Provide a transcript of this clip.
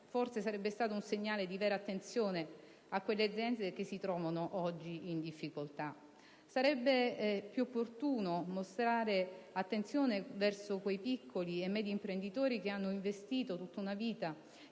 forse sarebbe stato un segnale di vera attenzione nei confronti di quelle aziende che si trovano oggi in difficoltà. Sarebbe più opportuno mostrare attenzione verso quei piccoli e medi imprenditori che hanno investito tutta una vita